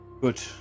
Good